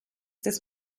des